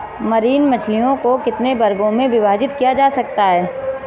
Marine मछलियों को कितने वर्गों में विभाजित किया जा सकता है?